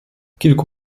kilku